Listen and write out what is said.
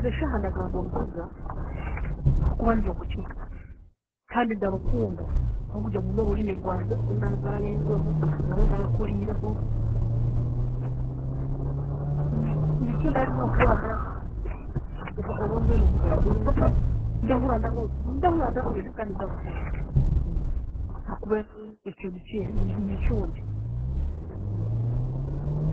Eze shaaha ndagamba Orukiga, ahakuba ndyomukiga kandi ndarukunda hokugira ngu norurimi rwangye oru naazaariirweho, oru naakuriireho, nikyo nikyo nda- ndyaho nkahurira nda, oba oba mbwenu nkugambire nta, ndahurira nda- ndahurira ndarwenda kandi ndarukunda. Ahakuba, ekyo nikyendi, nikyondi.